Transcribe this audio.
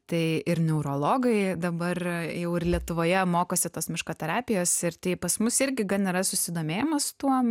tai ir neurologai dabar jau ir lietuvoje mokosi tos miško terapijos ir tai pas mus irgi gan yra susidomėjimas tuom